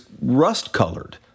rust-colored